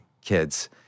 kids